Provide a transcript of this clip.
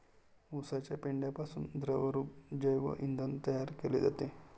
उसाच्या पेंढ्यापासून द्रवरूप जैव इंधन तयार केले जाते